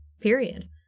period